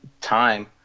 time